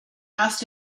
asked